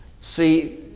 See